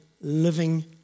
living